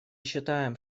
считаем